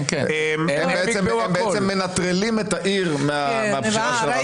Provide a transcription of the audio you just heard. הם בעצם מנטרלים את העיר מהבחירה של רב עיר.